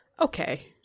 okay